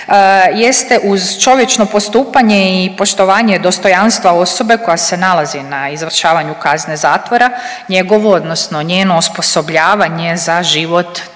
jeste uz čovječno postupanje i poštovanje dostojanstva osobe koja se nalazi na izvršavanju kazne zatvora njegovo odnosno njeno osposobljavanje za život na